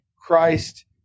Christ